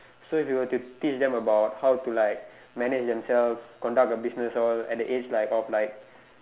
so if you were to teach them about how to like manage themselves conduct a business all at the age like of like